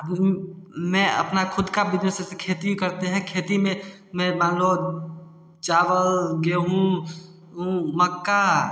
अब मैं अपना खुद का बिजनेस जैसे खेती करते हैं खेती में मैं मानलो चावल गेहूँ और मक्का